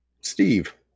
Steve